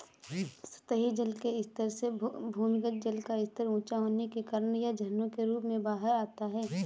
सतही जल के स्तर से भूमिगत जल का स्तर ऊँचा होने के कारण यह झरनों के रूप में बाहर आता है